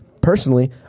personally